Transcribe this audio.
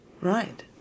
Right